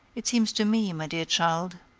it seems to me, my dear child,